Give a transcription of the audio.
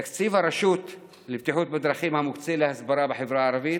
תקציב הרשות לבטיחות בדרכים המוקצה להסברה בחברה הערבית,